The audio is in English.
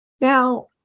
now